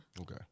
okay